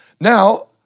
now